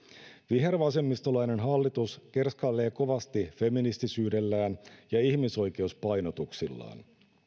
vihervasemmistolainen hallitus kerskailee kovasti feministisyydellään ja ihmisoikeuspainotuksillaan